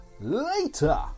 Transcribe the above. Later